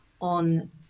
on